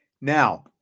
Now